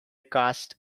casts